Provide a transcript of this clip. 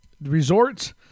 resorts